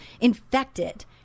infected